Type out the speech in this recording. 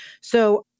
So-